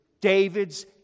David's